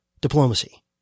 diplomacy